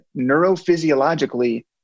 neurophysiologically